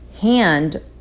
hand